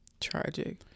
Tragic